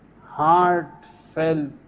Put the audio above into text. heartfelt